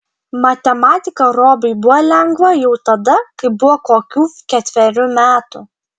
matematika robiui buvo lengva jau tada kai buvo kokių ketverių metų